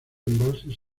embalses